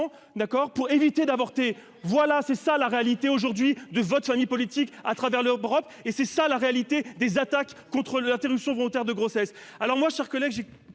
pour éviter d'avorter, voilà, c'est ça la réalité aujourd'hui de votre famille politique à travers leurs propres et c'est ça la réalité des attaques contre le l'interruption volontaire de grossesse, alors moi, chers collègues, j'ai